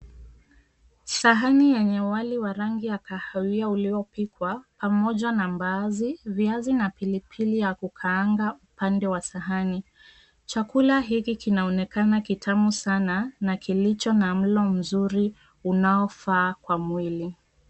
Sahani yenye wali wa rangi ya kahawia uliopikwa pamoja na mbaazi, viazi, na pilipili ya kukaanga upande wa sahani. Chakula hiki kinaonekana kitamu sana na kilicho na mlo mzuri unaofaa kwa mwili.